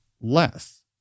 less